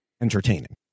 entertaining